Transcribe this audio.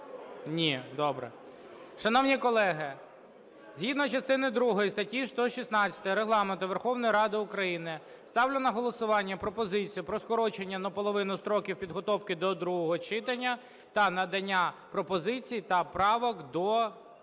Ні. Добре. Шановні колеги, згідно частини другої статті 116 Регламенту Верховної Ради України ставлю на голосування пропозицію про скорочення наполовину строків підготовки до другого читання та надання пропозицій та правок до